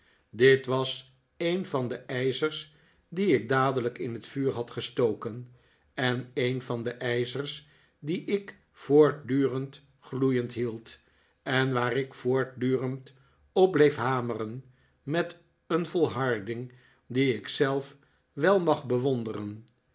dit was een van de ijzers die ik dadelijk in het vuur had gestoken en een van de ijzers die ik voortdurend gloeiend hield en waar ik voortdurend op bleef hameren met een volharding die ik zelf wel mag bewonderen